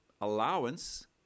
allowance